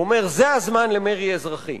הוא אומר: זה הזמן למרי אזרחי.